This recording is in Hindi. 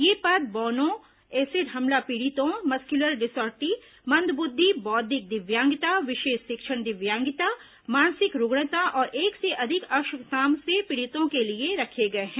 ये पद बौनों एसिड हमला पीड़ितों मस्क्यूलर डिस्ट्र ॉफी मंदबुद्धि बौद्धिक दिव्यांगता विशेष शिक्षण दिव्यांगता मानसिक रूग्णता और एक से अधिक अक्षमताओं से पीड़ितों के लिए रखे गए हैं